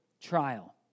trial